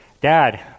dad